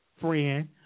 friend